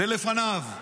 ולפניו.